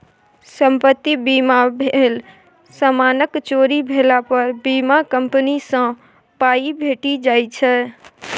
संपत्ति बीमा भेल समानक चोरी भेला पर बीमा कंपनी सँ पाइ भेटि जाइ छै